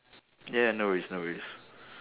ya ya no worries no worries